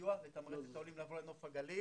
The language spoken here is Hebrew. סיוע ותמריץ לעולים שמגיעים לנוף הגליל.